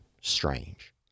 strange